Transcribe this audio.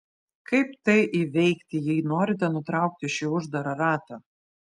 kaip tai įveikti jei norite nutraukti šį uždarą ratą